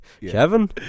Kevin